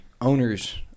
owners